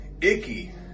icky